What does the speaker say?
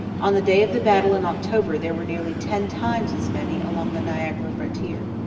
on the day of the battle in october there were nearly ten times as many along the niagara frontier.